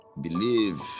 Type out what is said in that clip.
Believe